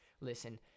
listen